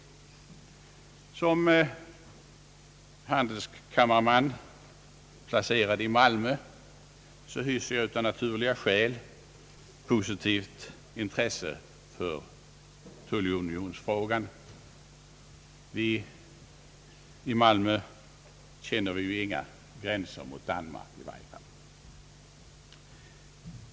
Som handelskammarman, placerad i Malmö, hyser jag av naturliga skäl positivt intresse för tullunionsfrågan. Vi på den skånska sidan av Öresund känner ju inga gränser mot Danmark.